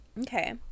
Okay